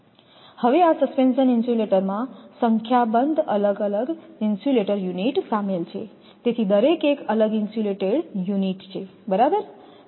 હવે આ સસ્પેન્શન ઇન્સ્યુલેટરમાં સંખ્યાબંધ અલગ ઇન્સ્યુલેટર યુનિટ શામેલ છે તેથી દરેક એક અલગ ઇન્સ્યુલેટેડ યુનિટ છે બરાબર